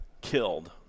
killed